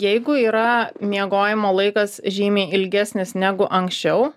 jeigu yra miegojimo laikas žymiai ilgesnis negu anksčiau